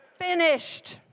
finished